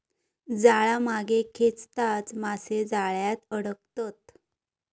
जाळा मागे खेचताच मासे जाळ्यात अडकतत